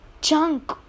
chunk